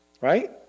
right